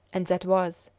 and that was,